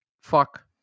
fuck